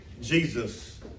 Jesus